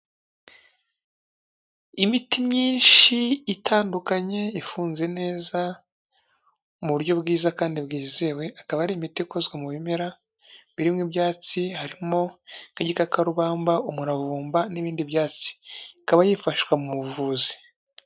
Imiti myinshi itandukanye ifunze neza mu buryo bwiza kandi bwizewe, akaba ari imiti ikozwe mu bimera birimo ibyatsi harimo: nk'igikakarubamba, umurarumba n'ibindi byatsi, ikaba yifashwa mu buvuzi.